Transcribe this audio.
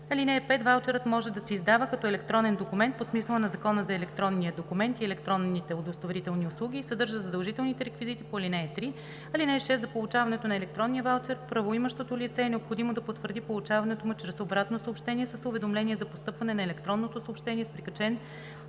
(5) Ваучерът може да се издава като електронен документ по смисъла на Закона за електронния документ и електронните удостоверителни услуги и съдържа задължителните реквизити по ал. 3. (6) За получаването на електронния ваучер правоимащото лице е необходимо да потвърди получаването му чрез обратно съобщение с уведомление за постъпване на електронното съобщение с прикачен